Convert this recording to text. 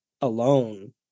alone